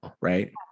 Right